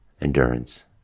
endurance